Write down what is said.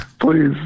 Please